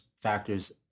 factors